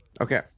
Okay